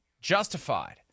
justified